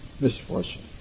misfortune